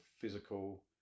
physical